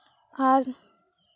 ᱟᱨ